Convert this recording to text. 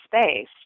space